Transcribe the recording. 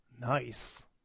nice